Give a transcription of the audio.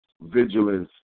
vigilance